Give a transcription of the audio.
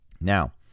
Now